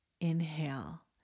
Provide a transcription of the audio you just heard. inhale